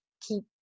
keep